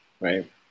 right